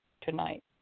tonight